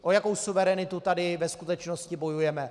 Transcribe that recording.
O jakou suverenitu tady ve skutečnosti bojujeme?